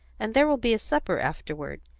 and there will be a supper afterward,